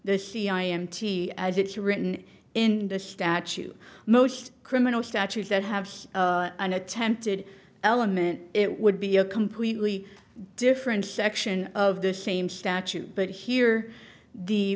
the cia mt as it's written in the statute most criminal statutes that have an attempted element it would be a completely different section of the same statute but here the